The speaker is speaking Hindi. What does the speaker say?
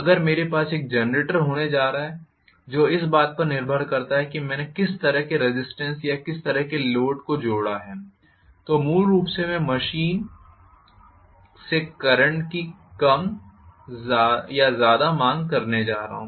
अगर मेरे पास एक जनरेटर होने जा रहा है जो इस बात पर निर्भर करता है कि मैंने किस तरह के रेज़िस्टेन्स या किस तरह के लोड को जोड़ा है तो मूल रूप से मैं मशीन से करंट की कम या ज्यादा मांग करने जा रहा हूं